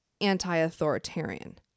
anti-authoritarian